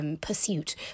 pursuit